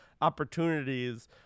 opportunities